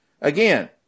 Again